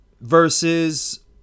versus